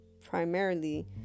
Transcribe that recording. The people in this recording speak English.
primarily